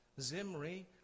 Zimri